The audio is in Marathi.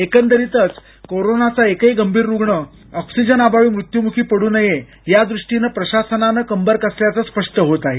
एकंदरीत कोरोनाचा एकही गंभीर रुग्ण ऑक्सिजन अभावी मृत्युमुखी पडू नये यादृष्टीनं प्रशासनानं कंबर कसल्याच स्पष्ट होत आहे